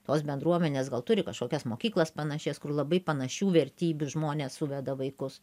tos bendruomenės gal turi kažkokias mokyklas panašias kur labai panašių vertybių žmonės suveda vaikus